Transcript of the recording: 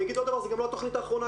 אגיד עוד דבר, זו גם לא התכנית האחרונה.